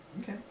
Okay